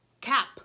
cap